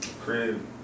crib